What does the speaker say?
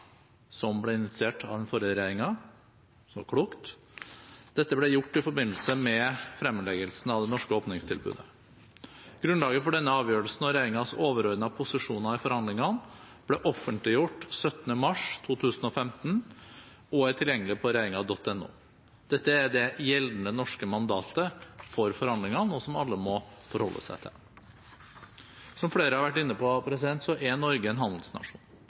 som ble initiert av den forrige regjeringen – som var klokt. Dette ble gjort i forbindelse med fremleggelsen av det norske åpningstilbudet. Grunnlaget for denne avgjørelsen og regjeringens overordnede posisjoner i forhandlingene ble offentliggjort 17. mars 2015 og er tilgjengelig på regjeringen.no. Dette er det gjeldende norske mandatet for forhandlingene, som alle må forholde seg til. Som flere har vært inne på, er Norge en handelsnasjon.